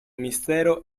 mistero